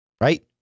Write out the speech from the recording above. Right